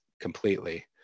completely